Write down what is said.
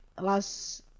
last